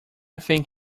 think